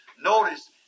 Notice